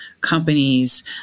Companies